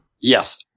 Yes